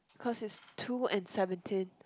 cause it's two and seventeen